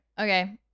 Okay